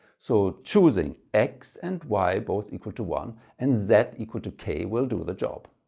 so choosing x and y both equal to one and z equal to k will do the job.